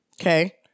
Okay